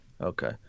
Okay